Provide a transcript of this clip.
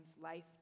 life